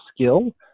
skill